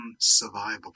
unsurvivable